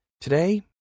Today